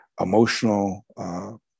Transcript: emotional